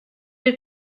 have